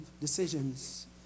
decisions